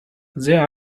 there